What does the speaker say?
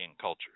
cultures